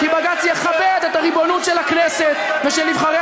כי בג"ץ יכבד את הריבונות של הכנסת ושל נבחרי